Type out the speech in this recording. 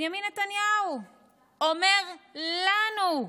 בנימין נתניהו אומר לנו: